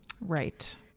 Right